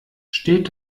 steht